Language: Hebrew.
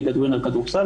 ליגת וינר כדורסל,